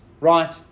right